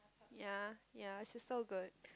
yea yea she so good